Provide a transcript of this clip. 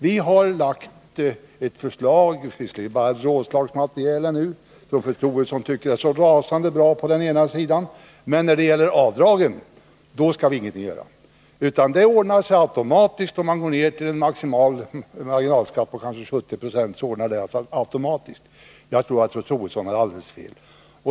Vi har lagt fram ett förslag — visserligen bara ett rådslagsmaterial ännu — som fru Troedsson tycker är så rasande bra, samtidigt som hon säger att när det gäller avdragen, då skall ingenting göras. Det hela skall ordna sig automatiskt, om man går ner till en maximal marginalskatt på kanske 70 90. Jag tror att fru Troedsson har helt fel.